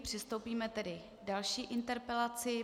Přistoupíme tedy k další interpelaci.